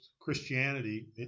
Christianity